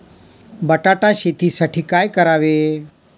बटाटा शेतीसाठी काय करावे?